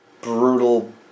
brutal